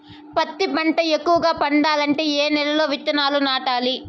పత్తి పంట ఎక్కువగా పండాలంటే ఏ నెల లో విత్తనాలు నాటాలి?